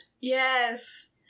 yes